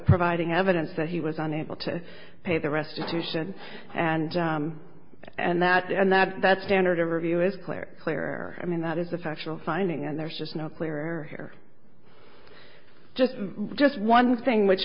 providing evidence that he was unable to pay the restitution and and that and that that standard of review is clear clear i mean that is a factual finding and there's just no clear just just one thing which